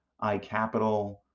iCapital